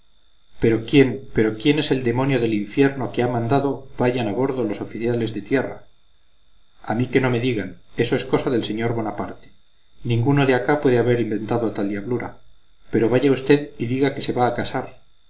pero quién pero quién es el demonio del infierno que ha mandado vayan a bordo los oficiales de tierra a mí que no me digan eso es cosa del señor de bonaparte ninguno de acá puede haber inventado tal diablura pero vaya usted y diga que se va a casar